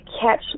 catch